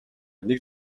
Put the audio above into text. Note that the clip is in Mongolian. нэг